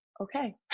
okay